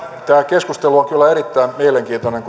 tämä keskustelu on kyllä erittäin mielenkiintoinen